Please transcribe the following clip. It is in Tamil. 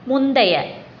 முந்தைய